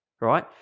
right